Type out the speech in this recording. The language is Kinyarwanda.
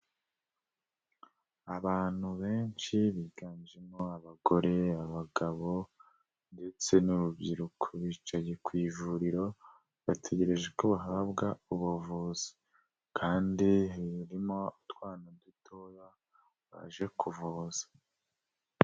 Abantu benshi biganjemo abagore, abagabo ndetse n'urubyiruko. Bicaye ku ivuriro bategereje ko bahabwa ubuvuzi. Kandi ririmo utwana dutoya baje kuvuza.